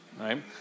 right